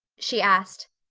she asked.